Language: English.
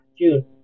June